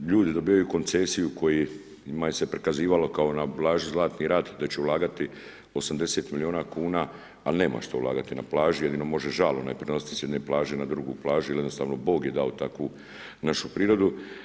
Ljudi dobivaju koncesiju koji njima se prikazivalo kao na plaži Zlatni rat, da će ulagati 80 milijuna kuna, ali nemaš što ulagati na plaži, jedino možeš žal onaj prenositi s jedne plaže na drugu plažu, jer jednostavno Bog je dao takvu našu prirodu.